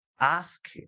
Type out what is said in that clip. ask